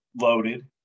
loaded